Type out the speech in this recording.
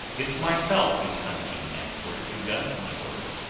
it's myself he's hunting at tortuga, my lord.